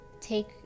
take